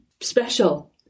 special